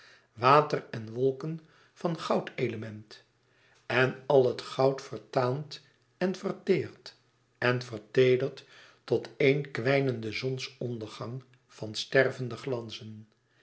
water en wolken van goudelement en al het goud vertaand en verteerd en verteederd tot éen kwijnenden zonsondergang van stervende glanzen